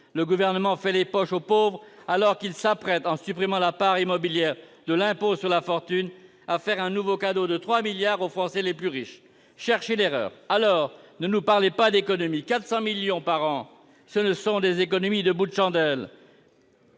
Le Gouvernement fait les poches aux pauvres, alors qu'il s'apprête, en supprimant la part immobilière de l'impôt sur la fortune, à faire un nouveau cadeau de 3 milliards d'euros aux Français les plus riches. Cherchez l'erreur ! Ne nous parlez pas d'économies : 400 millions d'euros par an, ce sont des économies de bouts de chandelle